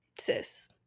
sis